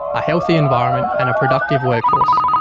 a healthy environment and a productive workforce,